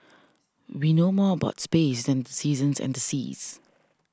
we know more about space than the seasons and the seas